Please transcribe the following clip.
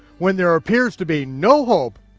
when there appears to be no hope,